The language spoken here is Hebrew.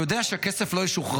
שהוא יודע שהכסף לא ישוחרר.